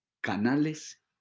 canales